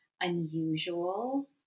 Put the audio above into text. unusual